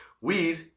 Weed